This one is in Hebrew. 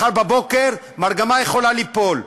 מחר בבוקר פצצת מרגמה יכולה ליפול,